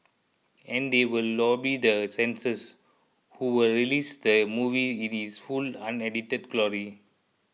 and they will lobby the censors who will release the movie in its full unedited glory